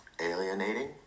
alienating